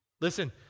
Listen